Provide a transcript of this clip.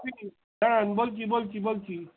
হ্যাঁ বলছি বলছি বলছি